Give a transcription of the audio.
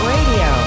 Radio